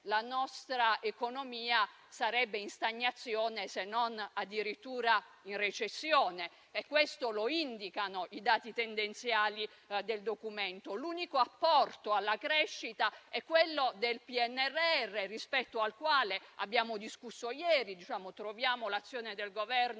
la nostra economia sarebbe in stagnazione, se non addirittura in recessione, come indicato dai dati tendenziali del Documento. L'unico apporto alla crescita è quello del PNRR, su cui abbiamo discusso ieri. Troviamo l'azione del Governo